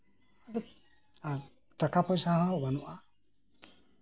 ᱟᱫᱚ ᱴᱟᱠᱟ ᱯᱚᱭᱥᱟ ᱦᱚᱸ ᱵᱟᱹᱱᱩᱜᱼᱟ